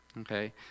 Okay